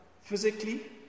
physically